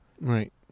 Right